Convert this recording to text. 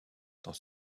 dans